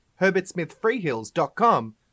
herbertsmithfreehills.com